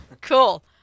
Cool